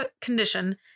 condition